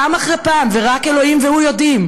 פעם אחרי פעם, ורק אלוהים והוא יודעים,